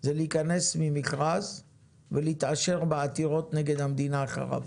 זה להיכנס ממכרז ולהתעשר בעתירות נגד המדינה אחריו,